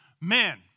men